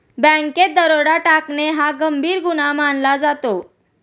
बँकेत दरोडा टाकणे हा गंभीर गुन्हा मानला जातो